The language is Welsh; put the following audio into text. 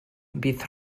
bydd